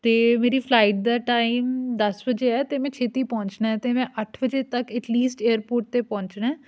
ਅਤੇ ਮੇਰੀ ਫਲਾਈਟ ਦਾ ਟਾਈਮ ਦਸ ਵਜੇ ਹੈ ਅਤੇ ਮੈਂ ਛੇਤੀ ਪਹੁੰਚਣਾ ਹੈ ਅਤੇ ਮੈਂ ਅੱਠ ਵਜੇ ਤੱਕ ਐਟਲੀਸਟ ਏਅਰਪੋਰਟ 'ਤੇ ਪਹੁੰਚਣਾ